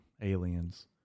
aliens